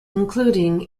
including